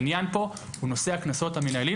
העניין פה הוא נושא הקנסות המנהליים.